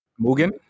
Mugen